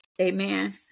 amen